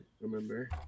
Remember